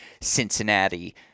Cincinnati